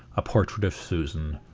a portrait of susan,